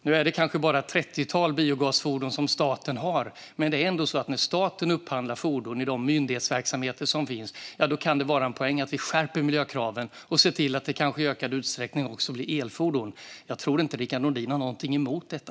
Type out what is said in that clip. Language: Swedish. Nu är det kanske bara ett trettiotal biogasfordon som staten har, men när staten upphandlar fordon i de myndighetsverksamheter som finns kan det vara en poäng i att vi skärper miljökraven och ser till att det i ökad utsträckning blir elfordon. Jag tror inte att Rickard Nordin har något emot detta.